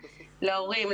להורים,